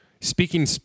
speaking